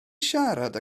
siarad